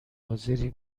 حاضری